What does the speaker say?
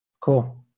Cool